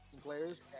players